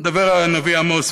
אני אדבר על הנביא עמוס,